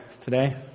today